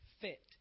fit